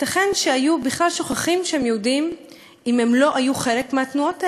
ייתכן שהיו בכלל שוכחים שהם יהודים אם הם לא היו חלק מהתנועות האלה.